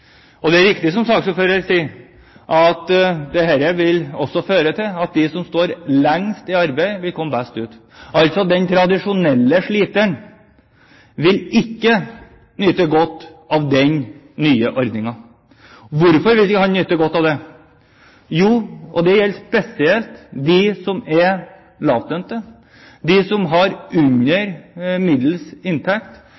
Det er riktig som saksordføreren sier, at dette vil føre til at de som står lengst i arbeid, vil komme best ut. Den tradisjonelle sliteren vil altså ikke nyte godt av den nye ordningen. Hvorfor vil han ikke nyte godt av den? Dette gjelder spesielt dem som er lavtlønte, som har under middels inntekt, eller som rett og slett har